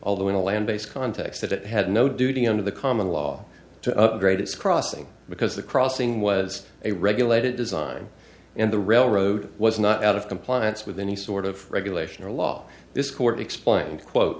although in a land based context that it had no duty under the common law to upgrade its crossing because the crossing was a regulated design in the railroad was not out of compliance with any sort of regulation or law this court explained quote